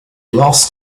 lost